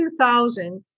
2000